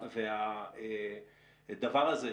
והדבר הזה,